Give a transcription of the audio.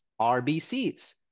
RBCs